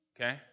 okay